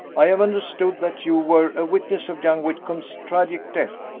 i have understood that you were a witness of young whitcomb's tragic death.